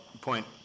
point